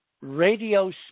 radio